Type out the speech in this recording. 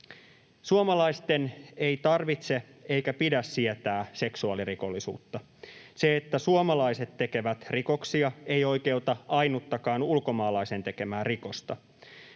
Suomalaisten ei tarvitse eikä pidä sietää seksuaalirikollisuutta. Se, että suomalaiset tekevät rikoksia, ei oikeuta ainuttakaan ulkomaalaisen tekemää rikosta.